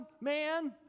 man